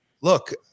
look